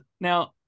Now